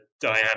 Diana